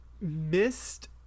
missed